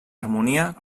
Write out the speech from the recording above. harmonia